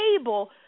able